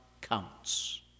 counts